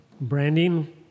Branding